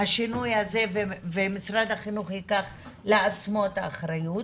השינוי הזה ומשרד החינוך ייקח על עצמו את האחריות,